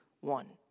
one